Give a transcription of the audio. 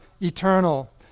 eternal